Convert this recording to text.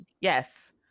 Yes